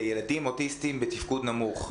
לילדים אוטיסטים בתפקוד נמוך,